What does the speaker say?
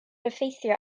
effeithio